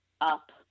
up